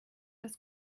das